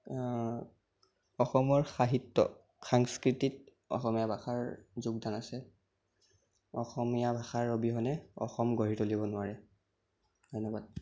অসমৰ সাহিত্য় সাংস্কৃতিক অসমীয়া ভাষাৰ যোগদান আছে অসমীয়া ভাষাৰ অবিহনে অসম গঢ়ি তুলিব নোৱাৰে ধন্য়বাদ